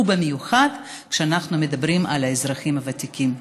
ובמיוחד כשאנחנו מדברים על האזרחים הוותיקים,